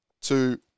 two